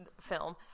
film